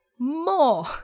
more